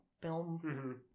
film